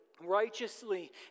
righteously